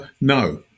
No